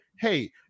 hey